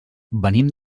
venim